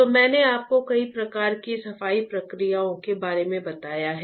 तो मैंने आपको कई प्रकार की सफाई प्रक्रियाओं के बारे में बताया हैं